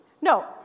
No